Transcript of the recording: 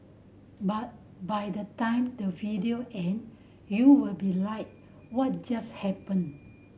but by the time the video end you'll be like what just happened